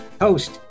host